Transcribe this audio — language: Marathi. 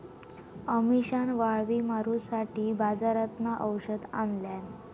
अमिशान वाळवी मारूसाठी बाजारातना औषध आणल्यान